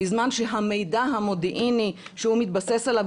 בזמן שהמידע המודיעיני שהוא מתבסס עליו